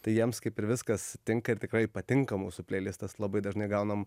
tai jiems kaip ir viskas tinka ir tikrai patinka mūsų pleilistas labai dažnai gaunam